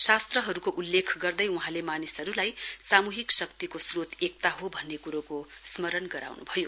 शास्त्रहरूको उल्लेख गर्दै वहाँले मानिसहरूलाई सामूहिक शक्तिको श्रोत एकता हो भन्ने कुरोको स्मरण गराउनु भयो